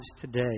today